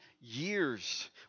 years